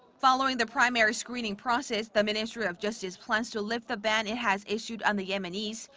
following the primary screening process. the ministry of justice plans to lift the ban it has issued on the yemenis.